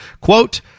quote